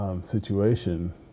situation